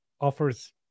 offers